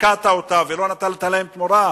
והפקעת אותה ולא נתת להם תמורה,